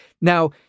Now